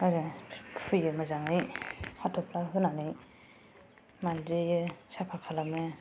आरो फुयो मोजांयै हाथफ्ला होन्नानै मानजियो साफा खालामो